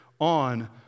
on